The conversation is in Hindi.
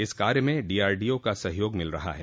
इस कार्य में डीआरडीओ का सहयोग मिल रहा है